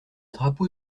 drapeau